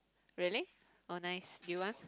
really oh nice do you want